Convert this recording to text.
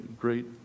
great